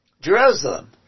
Jerusalem